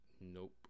Nope